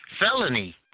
felony